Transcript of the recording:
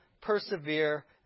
persevere